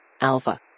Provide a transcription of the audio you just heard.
Alpha